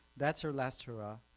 that's her last hoorah,